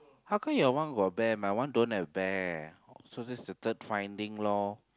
how come your one got bear but my one don't have bear so that's the third finding lor